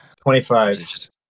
Twenty-five